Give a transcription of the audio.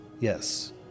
Yes